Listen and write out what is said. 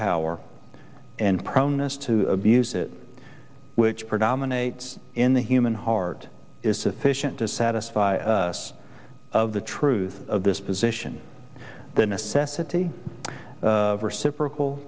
power and proneness to abuse it which predominates in the human heart is sufficient to satisfy us of the truth of this position the necessity of reciprocal